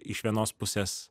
iš vienos pusės